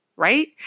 Right